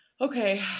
okay